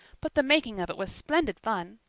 but the making of it was splendid fun.